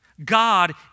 God